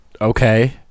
Okay